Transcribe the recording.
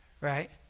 right